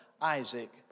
Isaac